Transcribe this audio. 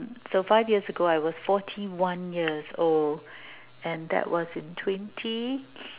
so five years ago I was forty one years old and that was in twenty